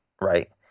right